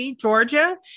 Georgia